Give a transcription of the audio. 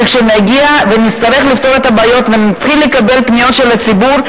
שכשנגיע ונצטרך לפתור את הבעיות ונתחיל לקבל פניות של הציבור,